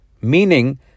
meaning